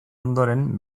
ondoren